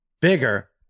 bigger